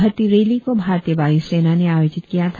भर्ती रैली को भारतीय वायु सेना ने आयोजित किया था